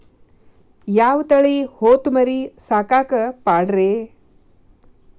ಯಾವ ತಳಿ ಹೊತಮರಿ ಸಾಕಾಕ ಪಾಡ್ರೇ?